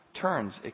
turns